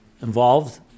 involved